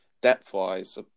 depth-wise